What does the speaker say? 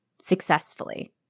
successfully